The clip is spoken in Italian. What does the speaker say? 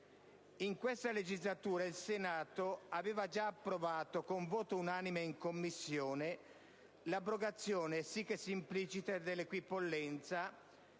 In questa legislatura il Senato aveva già approvato, con voto unanime in Commissione, l'abrogazione *sic et simpliciter* dell'equipollenza,